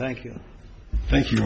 thank you thank you